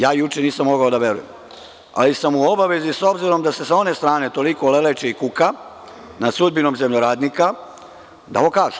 Ja juče nisam mogao da verujem, ali sam u obavezi s obzirom da se sa one strane toliko leleče i kuka nad sudbinom zemljoradnika da ovo kažem.